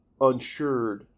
unsured